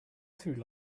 through